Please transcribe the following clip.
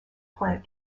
plant